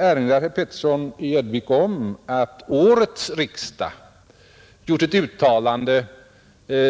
Herr Petersson i Gäddvik erinrade om att årets riksdag gjort ett uttalande